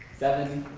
seven,